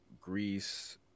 Greece